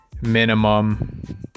minimum